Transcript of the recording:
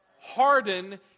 harden